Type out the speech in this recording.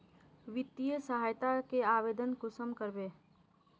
वित्तीय सहायता के आवेदन कुंसम करबे?